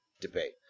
debate